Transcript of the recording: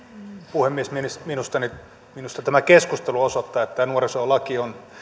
puhemies minusta tämä keskustelu osoittaa että tämä nuorisolaki on